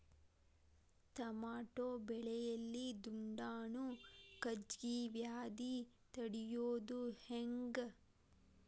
Tomato ಬೆಳೆಯಲ್ಲಿ ದುಂಡಾಣು ಗಜ್ಗಿ ವ್ಯಾಧಿ ತಡಿಯೊದ ಹೆಂಗ್?